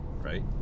right